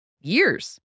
years